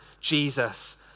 Jesus